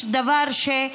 דבר שאני